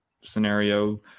scenario